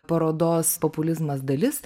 parodos populizmas dalis